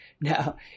Now